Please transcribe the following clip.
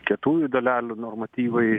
kietųjų dalelių normatyvai